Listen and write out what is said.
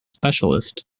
specialist